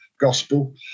gospel